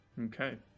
Okay